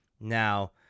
now